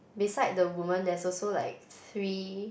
beside the woman there's also like three